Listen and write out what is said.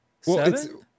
seven